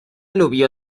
لوبیا